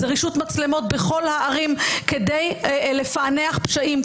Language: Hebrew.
זה רישות מצלמות בכל הערים כדי לפענח פשעים,